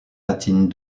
latine